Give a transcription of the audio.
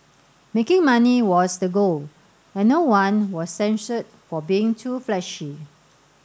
making money was the goal and no one was censured for being too flashy